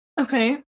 Okay